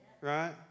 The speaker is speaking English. Right